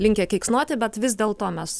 linkę keiksnoti bet vis dėlto mes